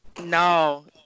No